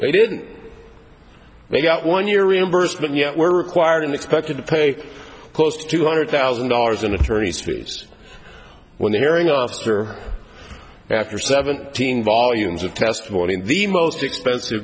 they didn't they got one year reimbursement yet were required and expected to pay close to two hundred thousand dollars in attorney's fees when the hearing officer after seventeen volumes of testimony in the most expensive